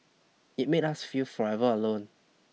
it made us feel forever alone